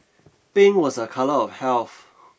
pink was a colour of health